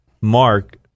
mark